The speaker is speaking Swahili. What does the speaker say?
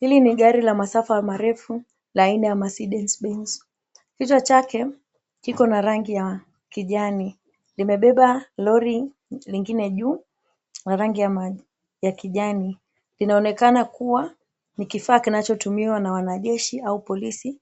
Hili ni gari la masafa marefu la aina ya Mercedez Benz. Kichwa chake kiko na rangi ya kijani. Limebeba lori lingine juu la rangi ya kijani. Inaonekana kuwa ni kifaa kinachotumiwa na wanajeshi au polisi